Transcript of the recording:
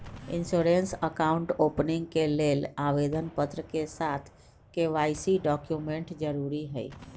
insurance account opening के लेल आवेदन पत्र के साथ के.वाई.सी डॉक्यूमेंट जरुरी हइ